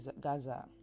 gaza